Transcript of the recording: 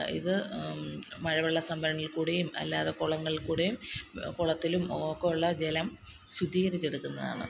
ഇത് മഴവെള്ള സംഭരണിയിൽ കൂടീം അല്ലാതെ കുളങ്ങളിൽ കൂടെയും കുളത്തിലും ഒക്കെ ഉള്ള ജലം ശുദ്ധീകരിച്ചെടുക്കുന്നതാണ്